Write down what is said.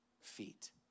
feet